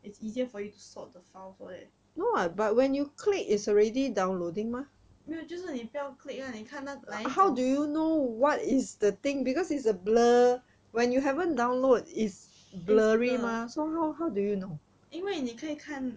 it's easier for you to sort the files all that 没有就是你不要 click ah 你看 like 哪一种 it's blur 因为你可以看